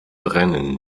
brennen